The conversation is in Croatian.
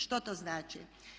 Što to znači?